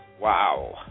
Wow